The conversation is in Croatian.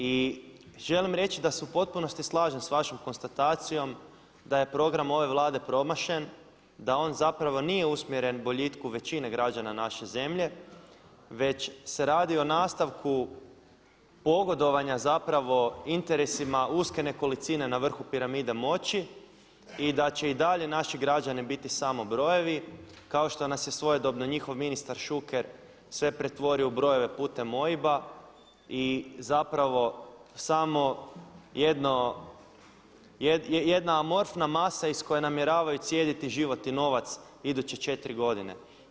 I želim reći da se u potpunosti slažem s vašom konstatacijom da je program ove Vlade promašen, da on zapravo nije usmjeren boljitku većine građana naše zemlje, već se radi o nastavku pogodovanja interesima uske nekolicine na vrhu piramide moći i da će i dalje naši građani biti samo brojevi kao što nas je svojedobno njihov ministar Šuker sve pretvorio u brojeve putem OIB-a i zapravo samo jedna amorfna masa iz koje namjeravaju cijediti život i novac iduće četiri godine.